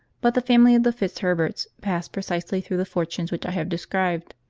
but the family of the fitzherberts passed precisely through the fortunes which i have described